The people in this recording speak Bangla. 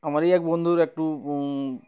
আমারই এক বন্ধুর একটু